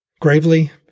Gravely